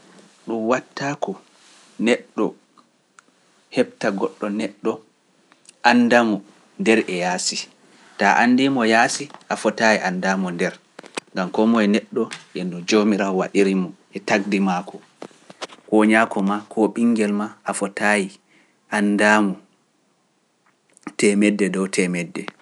Ɗum wattaako neɗɗo heɓta goɗɗo neɗɗo, annda-mo nder e yaasi, ta a anndii-mo yaasi, a fotaayi anndaa-mo nder, ngam koo moye neɗɗo, e no Joomiraawo waɗiri-mo e tagdi maako, koo nyaako maa, koo ɓinngel maa a fotaayi anndaa-mo teemedde dow teemedde.